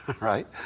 right